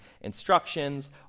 instructions